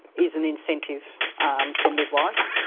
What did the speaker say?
is an incentive for midwives.